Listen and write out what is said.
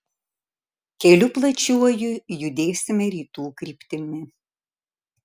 keliu plačiuoju judėsime rytų kryptimi